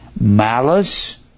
malice